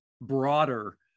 broader